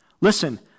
listen